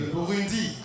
Burundi